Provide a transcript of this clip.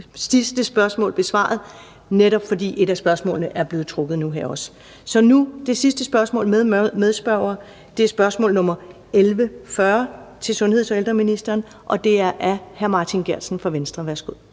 sidste spørgsmål besvaret, netop også fordi et af spørgsmålene nu her er blevet trukket. Så nu er det det sidste spørgsmål med medspørger, og det er spørgsmål nr. S 1140 til sundheds- og ældreministeren, og det er af hr. Martin Geertsen fra Venstre. Kl.